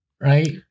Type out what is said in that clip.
Right